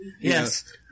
yes